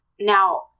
Now